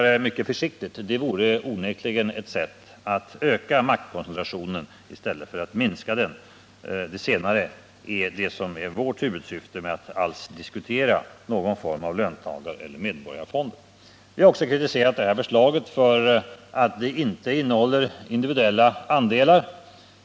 Det vore onekligen ett sätt att öka maktkoncentrationen i stället för att minska den. Det senare är vårt huvudsyfte med att alls diskutera någon form av löntagareller medborgarfonder. Vi har också kritiserat det här förslaget för att det inte innehåller individuella andelar.